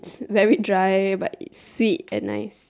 very dry but is sweet and nice